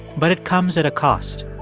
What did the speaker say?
but it comes at a cost.